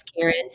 Karen